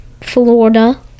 Florida